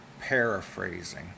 paraphrasing